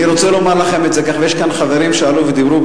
אני רוצה לומר לכם את זה: יש כאן חברים שעלו ודיברו,